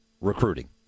recruiting